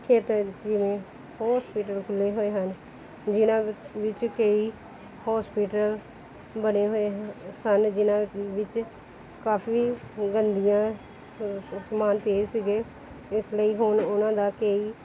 ਖੇਤਰ ਜਿਵੇਂ ਹੋਸਪੀਟਲ ਖੁੱਲ੍ਹੇ ਹੋਏ ਹਨ ਜਿਨ੍ਹਾਂ ਵਿੱਚ ਕਈ ਹੋਸਪੀਟਲ ਬਣੇ ਹੋਏ ਸਨ ਜਿਨ੍ਹਾਂ ਵਿੱਚ ਕਾਫੀ ਗੰਦੀਆਂ ਸ ਸਮਾਨ ਪਏ ਸੀਗੇ ਇਸ ਲਈ ਹੁਣ ਉਹਨਾਂ ਦਾ ਕੋਈ